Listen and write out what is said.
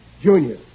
Junior